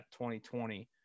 2020